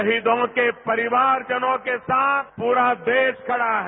शहीदों के परिवारजनों के साथ पूरा देश खड़ा है